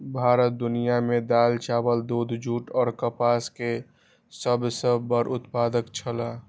भारत दुनिया में दाल, चावल, दूध, जूट और कपास के सब सॉ बड़ा उत्पादक छला